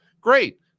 Great